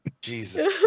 Jesus